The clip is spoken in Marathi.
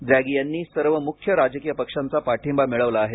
द्रॅगी यांनी सर्व मुख्य राजकीय पक्षांचा पाठिंबा मिळविला आहे